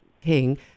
king